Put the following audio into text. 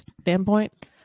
standpoint